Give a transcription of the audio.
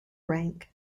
rank